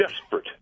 desperate